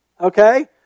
Okay